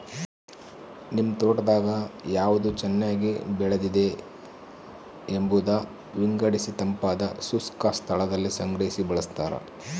ನಿಮ್ ತೋಟದಾಗ ಯಾವ್ದು ಚೆನ್ನಾಗಿ ಬೆಳೆದಿದೆ ಎಂಬುದ ವಿಂಗಡಿಸಿತಂಪಾದ ಶುಷ್ಕ ಸ್ಥಳದಲ್ಲಿ ಸಂಗ್ರಹಿ ಬಳಸ್ತಾರ